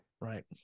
Right